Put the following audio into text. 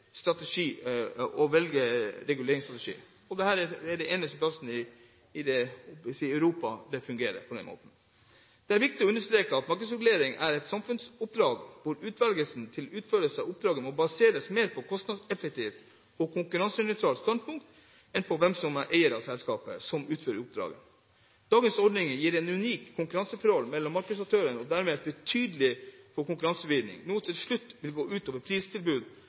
å velge reguleringsstrategi. Dette er det eneste stedet i Europa det fungerer på den måten. Det er viktig å understreke at markedsregulering er et samfunnsoppdrag, hvor utvelgelsen til å utføre oppdraget må baseres mer på et kostnadseffektivt og konkurransenøytralt standpunkt, enn på hvem som er eierne av selskapet som utfører oppdraget. Dagens ordninger gir et unikt konkurranseforhold mellom markedsaktørene og dermed også en betydelig fare for konkurransevridning, noe som til slutt vil gå ut over